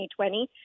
2020